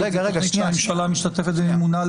ושל תכנית שהממשלה משתתפת במימונה,